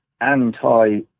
anti